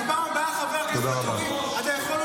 בפעם הבאה חבר הכנסת --- אתה יכול אולי להקשיב לי.